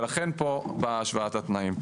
ולכן, פה באה השוואת התנאים.